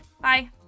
bye